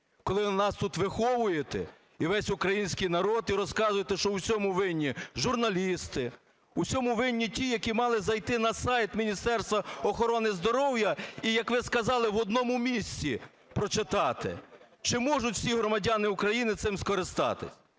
коли ви нас тут виховуєте і весь український народ і розказуєте, що в усьому винні журналісти, в усьому винні ті, які мали зайти на сайт Міністерства охорони здоров'я, і, як ви сказали, в одному місці прочитати. Чи можуть всі громадяни України цим скористатись?